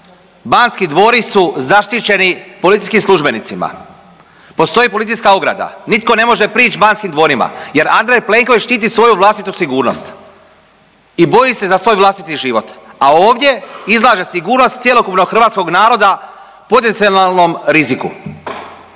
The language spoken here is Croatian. Banski dvori su zaštićeni policijskim službenicima, postoji policijska ograda, nitko ne može prić Banskim dvorima jer Andrej Plenković štiti svoju vlastitu sigurnost i boji se za svoj vlastiti život, a ovdje izlaže sigurnost cjelokupnog hrvatskog naroda potencijalnom riziku